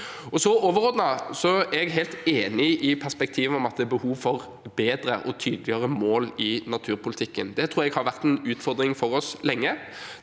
er jeg helt enig i perspektivet om at det er behov for bedre og tydeligere mål i naturpolitikken. Det tror jeg har vært en utfordring for oss lenge.